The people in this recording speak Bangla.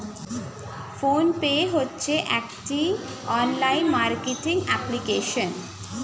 ফোন পে হচ্ছে একটি অনলাইন মার্কেটিং অ্যাপ্লিকেশন